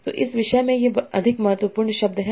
तो इस विषय में ये अधिक महत्वपूर्ण शब्द हैं